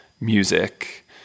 music